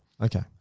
Okay